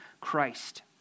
Christ